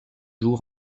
jour